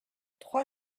trois